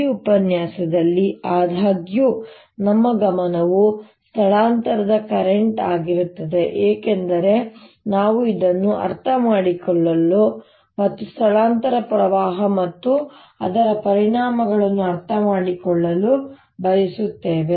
ಈ ಉಪನ್ಯಾಸದಲ್ಲಿ ಆದಾಗ್ಯೂ ನಮ್ಮ ಗಮನವು ಸ್ಥಳಾಂತರದ ಕರೆಂಟ್ ಆಗಿರುತ್ತದೆ ಏಕೆಂದರೆ ನಾವು ಇದನ್ನು ಅರ್ಥಮಾಡಿಕೊಳ್ಳಲು ಮತ್ತು ಸ್ಥಳಾಂತರದ ಪ್ರವಾಹ ಮತ್ತು ಅದರ ಪರಿಣಾಮಗಳನ್ನು ಅರ್ಥಮಾಡಿಕೊಳ್ಳಲು ಬಯಸುತ್ತೇವೆ